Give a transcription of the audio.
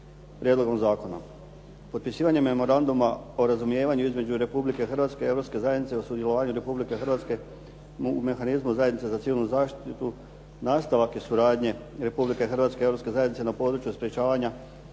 prijedlogom Zakona. Potpisivanje Memoranduma o razumijevanju između Republike Hrvatske i Europske zajednice o sudjelovanju Republike Hrvatske u mehanizmu zajednice mehanizmu zajednice za civilnu zaštitu nastavak je suradnje Republike Hrvatske i Europske zajednice na području sprečavanja,